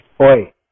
oi